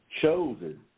chosen